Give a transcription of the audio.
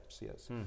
Yes